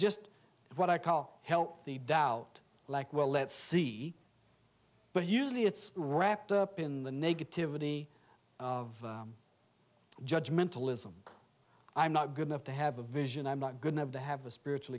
just what i call help the doubt like well let's see but usually it's wrapped up in the negativity of judge mentalism i'm not good enough to have a vision i'm not good enough to have a spiritual